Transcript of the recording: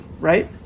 right